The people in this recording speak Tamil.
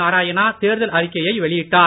நாராயணா தேர்தல் அறிக்கையை வெளியிட்டார்